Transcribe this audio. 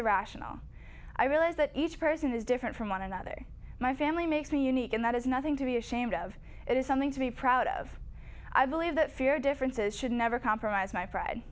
irrational i realize that each person is different from one another my family makes me unique and that is nothing to be ashamed of it is something to be proud of i believe that fear differences should never compromise my pride